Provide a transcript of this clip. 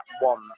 one